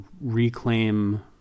reclaim